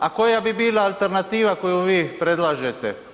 A koja bi bila alternativa koju vi predlažete?